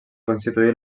constituir